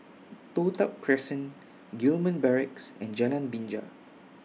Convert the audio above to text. Toh Tuck Crescent Gillman Barracks and Jalan Binja